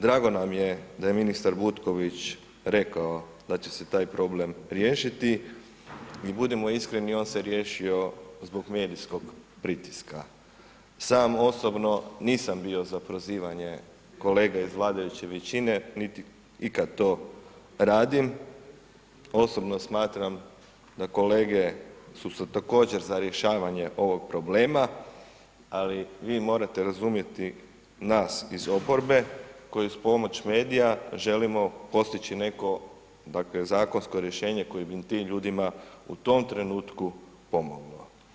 Drago nam je da je ministar Butković rekao da će se taj problem riješiti i budimo iskreni on se riješio zbog medijskog pritiska, samo osobno nisam bio za prozivanje kolega iz vladajuće većine, niti ikad to radim, osobno smatram da kolege su također za rješavanje ovog problema, ali vi morate razumjeti nas iz oporbe koji uz pomoć medija želimo postići neko dakle zakonsko rješenje koje bi tim ljudima u tom trenutku pomoglo.